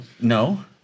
No